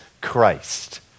Christ